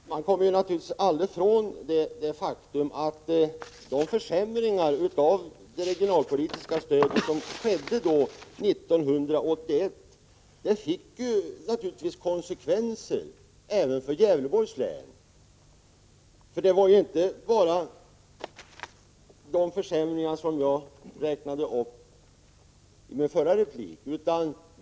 Herr talman! Man kommer naturligtvis aldrig ifrån det faktum att de försämringar av det regionalpolitiska stödet som genomfördes 1981 fick konsekvenser även för Gävleborgs län. Det är ju inte bara fråga om de försämringar jag räknade upp i min förra replik.